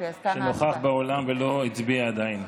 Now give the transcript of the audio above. שנוכח באולם ולא הצביע עדיין?